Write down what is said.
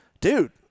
dude